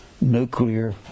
nuclear